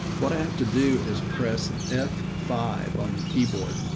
what i have to do is press f five on the keyboard.